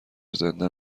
زنده